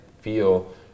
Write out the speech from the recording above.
feel